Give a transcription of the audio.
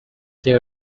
this